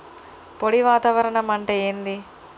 పొడి వాతావరణం అంటే ఏంది?